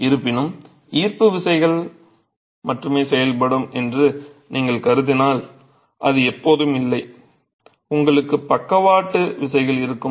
இருப்பினும் ஈர்ப்பு விசைகள் மட்டுமே செயல்படும் என்று நீங்கள் கருதினால் அது எப்போதும் இல்லை உங்களுக்கு பக்கவாட்டு விசைகள் இருக்கும்